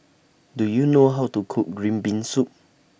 Do YOU know How to Cook Green Bean Soup